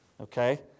Okay